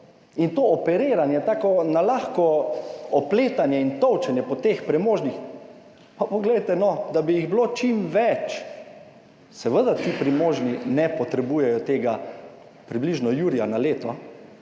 In to operiranje, tako na lahko opletanje in tolčenje po teh premožnih, pa poglejte, no – da bi jih bilo čim več! Seveda ti premožni ne potrebujejo tega približno jurja na leto,